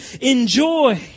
enjoy